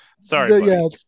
Sorry